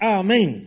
amen